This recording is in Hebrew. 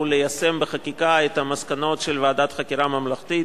ליישם בחקיקה את המסקנות של ועדת חקירה ממלכתית.